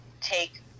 take